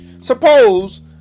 suppose